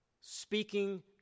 Speaking